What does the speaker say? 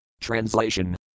Translation